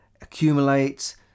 accumulate